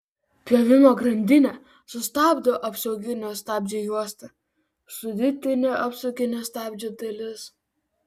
pjovimo grandinę sustabdo apsauginio stabdžio juosta sudėtinė apsauginio stabdžio dalis